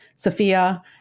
Sophia